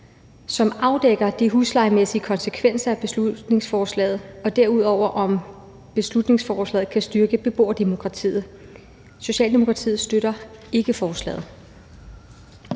som afdækker de huslejemæssige konsekvenser af beslutningsforslaget, og derudover, om beslutningsforslaget kan styrke beboerdemokratiet. Socialdemokratiet støtter ikke forslaget.